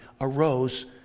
arose